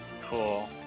Cool